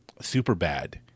Superbad